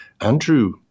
Andrew